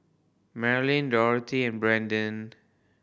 Marlyn Dorthy and Brandon